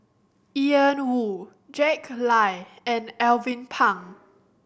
Ian Woo Jack Lai and Alvin Pang